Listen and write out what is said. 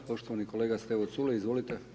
Poštovani kolega Stevo Culej, izvolite.